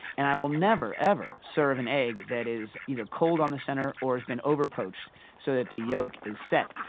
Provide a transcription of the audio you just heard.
and i will never ever serve an egg that is either cold in the center or has been over poached so that the yolk is set,